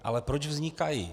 Ale proč vznikají?